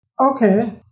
Okay